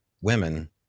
women